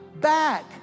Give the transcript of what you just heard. back